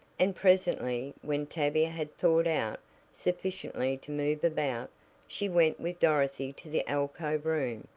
and presently, when tavia had thawed out sufficiently to move about, she went with dorothy to the alcove room,